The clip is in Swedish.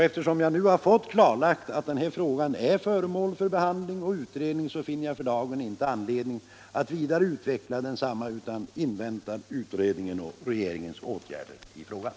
Eftersom jag nu har fått klarlagt att den här frågan är föremål för behandling och utredning finner jag för dagen inte anledning att vidareutveckla densamma utan inväntar utredningen och regeringens åtgärder i frågan.